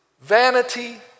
Vanity